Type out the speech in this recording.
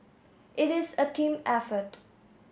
it is a team effort